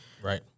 right